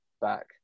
back